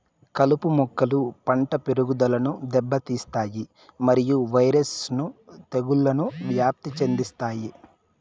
కలుపు మొక్కలు పంట పెరుగుదలను దెబ్బతీస్తాయి మరియు వైరస్ ను తెగుళ్లను వ్యాప్తి చెందిస్తాయి